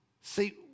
See